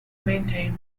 maintained